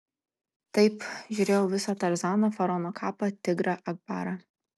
taip žiūrėjau visą tarzaną faraono kapą tigrą akbarą